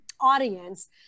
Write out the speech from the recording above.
audience